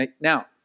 Now